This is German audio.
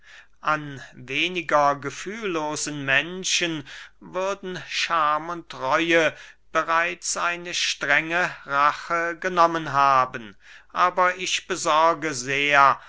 an weniger gefühllosen menschen würden scham und reue bereits eine strenge rache genommen haben aber ich besorge sehr